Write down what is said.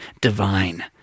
divine